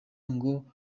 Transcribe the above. ngo